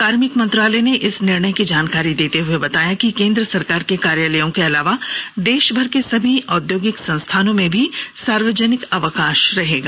कार्मिक मंत्रालय ने इस निर्णय की जानकारी देते हुए बताया कि केन्द्र सरकार के कार्यालयों के अलावा देश भर के सभी औद्योगिक संस्थाएनों में भी सार्वजनिक अवकाश रहेगा